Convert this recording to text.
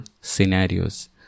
scenarios